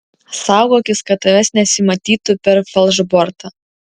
saugokis kad tavęs nesimatytų per falšbortą